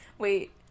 Wait